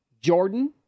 Jordan